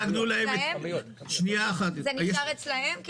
הטיוטה נשארה אצלם?